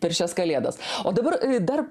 per šias kalėdas o dabar dar